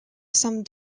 some